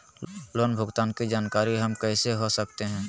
Loan भुगतान की जानकारी हम कैसे हो सकते हैं?